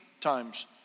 times